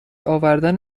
آوردن